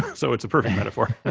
so it's a perfect metaphor.